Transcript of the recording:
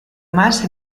más